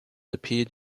appeared